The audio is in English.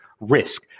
risk